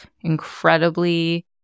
incredibly